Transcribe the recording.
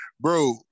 bro